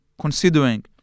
considering